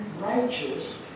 righteous